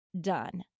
done